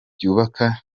byubaka